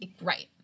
Right